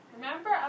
Remember